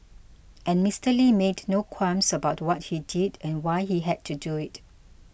and Mister Lee made no qualms about what he did and why he had to do it